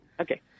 Okay